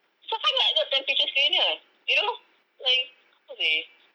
susah sangat ke temperature screener you know like apa seh